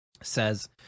says